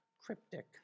cryptic